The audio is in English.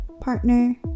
partner